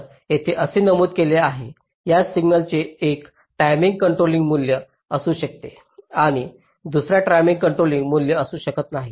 तर येथे असे नमूद केले आहे त्याच सिग्नलचे एका टाईमिंग कॉन्ट्रॉलिंग मूल्य असू शकते आणि दुसर्या टाईमिंग कॉन्ट्रॉलिंग मूल्य असू शकत नाही